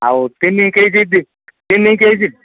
ଆଉ ତିନି କେଜି ତିନି କେଜି